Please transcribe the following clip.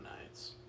Nights